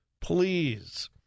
please